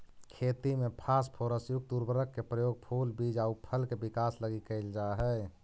खेती में फास्फोरस युक्त उर्वरक के प्रयोग फूल, बीज आउ फल के विकास लगी कैल जा हइ